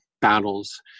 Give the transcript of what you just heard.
battles